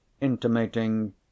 intimating—